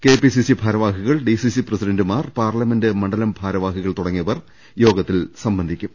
KPCC ഭാരവാഹികൾ DCC പ്രസി ഡന്റുമാർ പാർലമെന്റ് മണ്ഡലം ഭാരവാഹികൾ തുടങ്ങിയവർ യോഗ ത്തിൽ സംബന്ധിക്കും